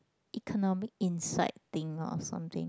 economic insight thing or something